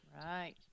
Right